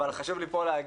אבל חשוב לי פה להגיד,